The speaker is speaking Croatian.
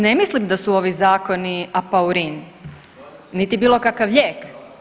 Ne mislim da su ovi zakoni apaurin, niti bilo kakav lijek.